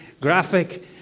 graphic